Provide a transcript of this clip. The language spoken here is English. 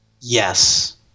Yes